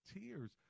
tears